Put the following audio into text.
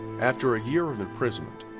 after a year of imprisonment,